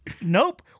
nope